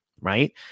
right